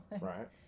right